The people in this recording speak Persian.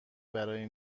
برای